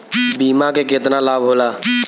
बीमा के केतना लाभ होला?